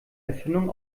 erfindung